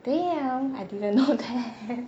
damn I didn't know that